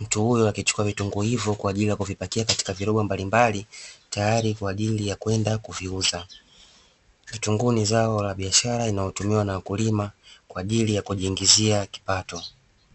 mtu huyo akichukua vitunguu hivyo kwa ajili ya kuvipakia katika viroba mbalimbali, tayari kwa ajili ya kwenda kuviuza, vitunguu ni zao la biashara inayotumiwa na wakulima kwa ajili ya kujiingizia kipato.